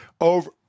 over